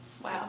Wow